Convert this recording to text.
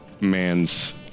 man's